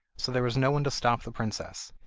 so there was no one to stop the princess,